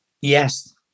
Yes